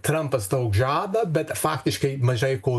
trampas daug žada bet faktiškai mažai ko